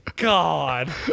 God